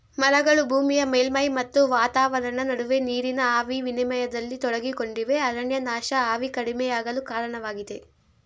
ಮರಗಳು ಭೂಮಿಯ ಮೇಲ್ಮೈ ಮತ್ತು ವಾತಾವರಣ ನಡುವೆ ನೀರಿನ ಆವಿ ವಿನಿಮಯದಲ್ಲಿ ತೊಡಗಿಕೊಂಡಿವೆ ಅರಣ್ಯನಾಶ ಆವಿ ಕಡಿಮೆಯಾಗಲು ಕಾರಣವಾಗಿದೆ